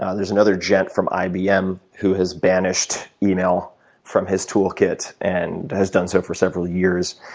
ah there's another gent from ibm who has banished email from his toolkit and has done so for several years.